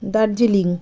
Darjeeling